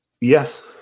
yes